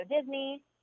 Disney